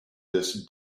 this